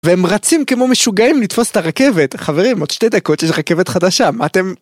והם רצים כמו משוגעים לתפוס את הרכבת חברים עוד שתי דקות יש רכבת חדשה מה אתם